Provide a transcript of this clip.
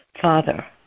Father